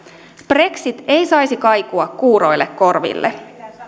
brexit ei saisi kaikua kuuroille korville